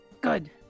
Good